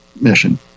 mission